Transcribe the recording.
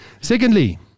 Secondly